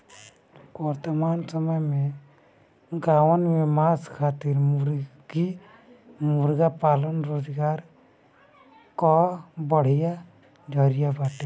वर्तमान समय में गांवन में मांस खातिर मुर्गी मुर्गा पालन रोजगार कअ बढ़िया जरिया बाटे